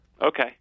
Okay